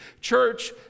Church